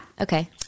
Okay